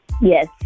Yes